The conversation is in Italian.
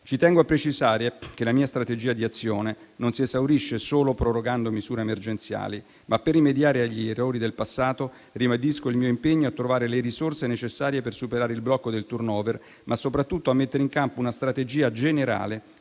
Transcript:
Ci tengo a precisare che la mia strategia di azione non si esaurisce solo prorogando misure emergenziali. Per rimediare agli errori del passato ribadisco il mio impegno a trovare le risorse necessarie per superare il blocco del *turnover*, ma soprattutto a mettere in campo una strategia generale